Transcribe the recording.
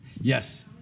Yes